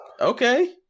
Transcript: okay